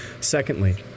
secondly